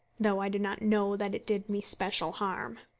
though i do not know that it did me special harm.